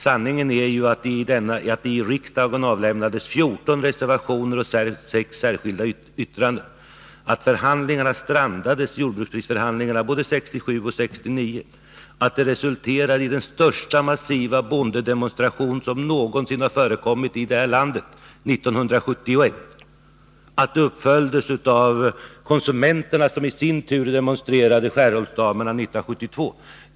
Sanningen är ju att det i riksdagen aylämnades 14 reservationer och 6 särskilda yttranden, att jordbruksprisförhandlingarna både 1967 och 1969 strandade, att det 1971 resulterade i den största bondedemonstration som någonsin förekommit i det här landet samt att det uppföljdes av konsumenterna, som i sin tur demonstrerade — jag tänker på Skärholmsdamerna — 1972.